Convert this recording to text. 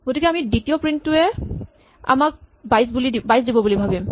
গতিকে আমি দ্বিতীয় প্ৰিন্ট টোৱে আমাক ২২ দিব বুলি ভাৱিম